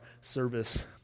service